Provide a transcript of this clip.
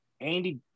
Andy